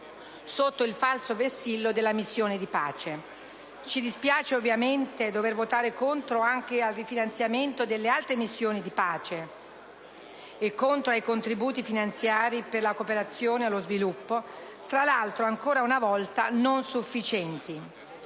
sotto il falso vessillo della missione di pace. Ci dispiace ovviamente di dover votare contro anche il rifinanziamento delle altre missioni di pace e contro i contributi finanziari per la cooperazione allo sviluppo, fra l'altro ancora una volta non sufficienti.